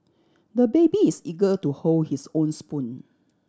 the baby is eager to hold his own spoon